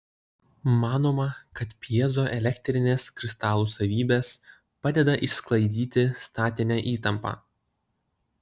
manoma kad pjezoelektrinės kristalų savybės padeda išsklaidyti statinę įtampą